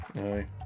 Aye